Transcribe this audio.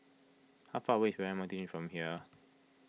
how far away from here